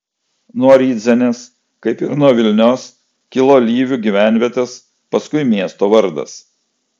nuo rydzenės kaip ir nuo vilnios kilo lyvių gyvenvietės paskui miesto vardas